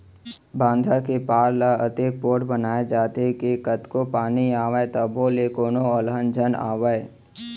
बांधा के पार ल अतेक पोठ बनाए जाथे के कतको पानी आवय तभो ले कोनो अलहन झन आवय